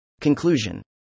Conclusion